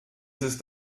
ist